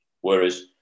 Whereas